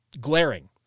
glaring